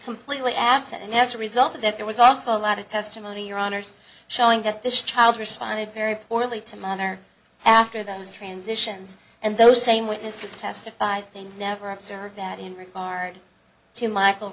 completely absent and as a result of that there was also a lot of testimony your honour's showing that this child responded very poorly to mother after those transitions and those same witnesses testified they never observed that in regard to michael